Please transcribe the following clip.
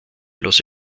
los